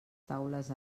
taules